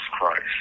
Christ